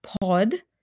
pod